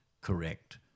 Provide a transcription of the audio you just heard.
correct